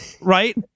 Right